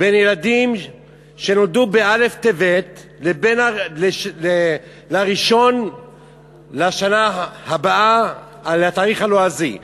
בילדים שנולדו בין א' בטבת לבין ה-1 בשנה הבאה לפי התאריך הלועזי.